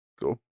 Go